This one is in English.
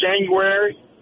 January